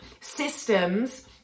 systems